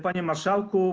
Panie Marszałku!